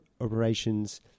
operations